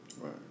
Right